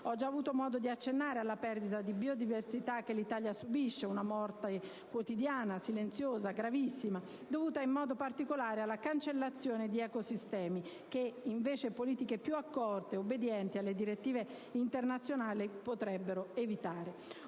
Ho già avuto modo di accennare alla perdita di biodiversità che l'Italia subisce - una morte quotidiana e silenziosa, gravissima - dovuta in modo particolare alla cancellazione di ecosistemi, che invece politiche più accorte ed obbedienti alle direttive internazionali potrebbero evitare.